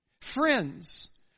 friends